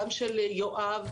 גם של יואב,